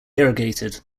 irrigated